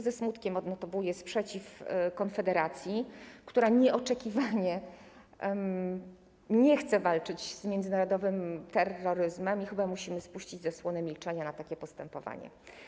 Ze smutkiem odnotowuję sprzeciw Konfederacji, która nieoczekiwanie nie chce walczyć z międzynarodowym terroryzmem i chyba musimy spuścić zasłonę milczenia na takie postępowanie.